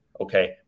Okay